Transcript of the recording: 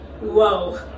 whoa